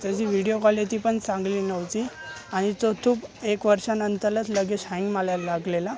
त्याची video quality पण चांगली नव्हती आणि तो तो ब एक वर्षांनंतरच लगेच हँग मारायला लागलेला